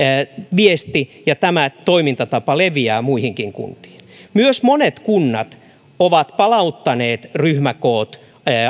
viesti ja tämä toimintatapa leviää muihinkin kuntiin monet kunnat ovat myös palauttaneet ryhmäkoot